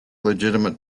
legitimate